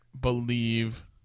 believe